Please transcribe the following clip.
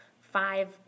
five